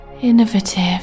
innovative